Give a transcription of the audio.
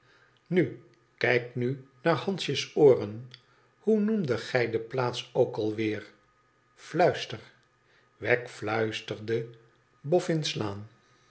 na kijk nu naar hansje's ooren hoe noemdet gij de plaats ook weerpfhiister wegg fluisterde iboffin's labn